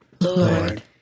Lord